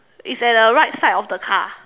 it's at the right side of the car